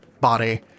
body